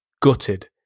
gutted